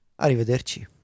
Arrivederci